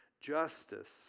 Justice